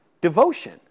devotion